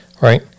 Right